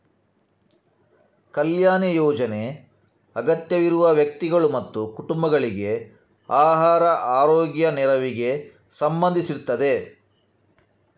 ಕಲ್ಯಾಣ ಯೋಜನೆ ಅಗತ್ಯವಿರುವ ವ್ಯಕ್ತಿಗಳು ಮತ್ತು ಕುಟುಂಬಗಳಿಗೆ ಆಹಾರ, ಆರೋಗ್ಯ, ರಕ್ಷಣೆ ನೆರವಿಗೆ ಸಂಬಂಧಿಸಿರ್ತದೆ